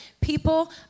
people